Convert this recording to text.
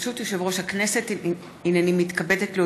ברשות יושב-ראש הכנסת, הינני מתכבדת להודיעכם,